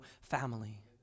family